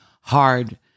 hard